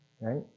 Right